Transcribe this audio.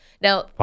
Now